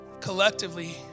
collectively